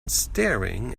staring